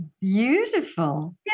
Beautiful